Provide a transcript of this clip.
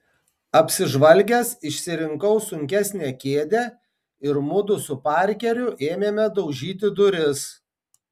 apsižvalgęs išsirinkau sunkesnę kėdę ir mudu su parkeriu ėmėme daužyti duris